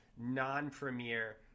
non-premier